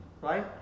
right